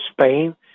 Spain